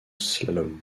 slalom